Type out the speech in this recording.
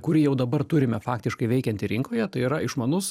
kurį jau dabar turime faktiškai veikiantį rinkoje tai yra išmanus